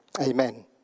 Amen